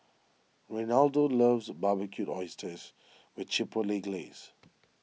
Reynaldo loves Barbecued Oysters with Chipotle Glaze